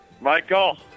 Michael